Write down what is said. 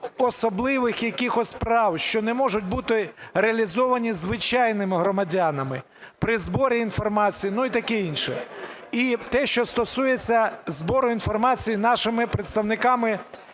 особливих якихось прав, що не можуть бути реалізовані звичайними громадянами, при зборі інформації, ну і таке інше. І те, що стосується збору інформації нашими представниками